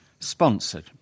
Sponsored